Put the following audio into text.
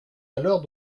alors